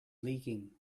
leaking